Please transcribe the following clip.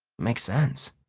makes sense.